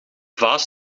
vaas